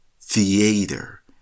theater